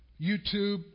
YouTube